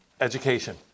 education